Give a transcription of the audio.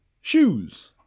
shoes